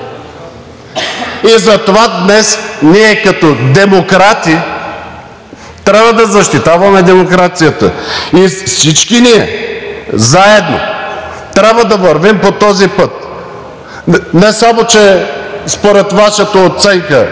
и затова днес ние като демократи трябва да защитаваме демокрацията. Всички ние заедно трябва да вървим по този път. Не само че според Вашата оценка